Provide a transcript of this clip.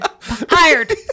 hired